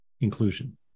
inclusion